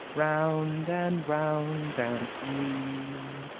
round and round dance we,